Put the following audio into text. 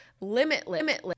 limitless